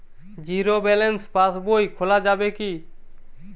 Zero balance পাশ বই খোলা যাবে কি?